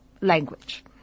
language